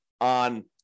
on